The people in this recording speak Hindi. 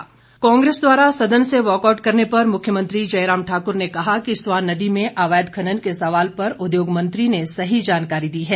जयराम वॉकआउट कांग्रेस द्वारा सदन से वॉकआउट करने पर मुख्यमंत्री जयराम ठाकुर ने कहा कि स्वां नदी में अवैध खनन के सवाल पर उद्योग मंत्री ने सही जानकारी दी है